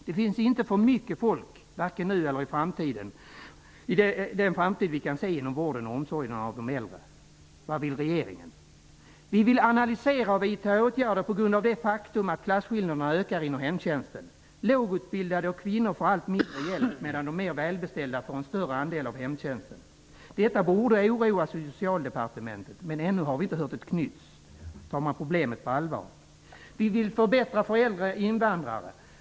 Det finns inte för mycket folk -- varken nu eller i den framtid vi kan se -- inom vården och omsorgen av de äldre. Vad vill regeringen? Vi vill analysera och vidta åtgärder på grund av det faktum att klasskillnaderna ökar inom hemtjänsten. Lågutbildade och kvinnor får allt mindre hjälp, medan de mer välbeställda får en större andel av hemtjänsten. Detta borde oroa Socialdepartementet, men ännu har vi inte hört ett knyst. Tar man problemet på allvar? Vi vill förbättra för äldre invandrare.